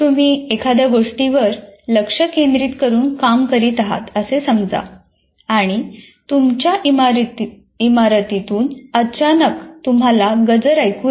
तुम्ही एखाद्या गोष्टीवर लक्ष केंद्रित करून काम करीत आहात असे समजा आणि तुमच्या इमारतीतून तुम्हाला अचानक गजर ऐकू येतो